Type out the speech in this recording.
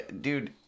dude